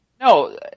no